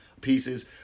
pieces